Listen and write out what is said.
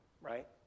right